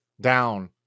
down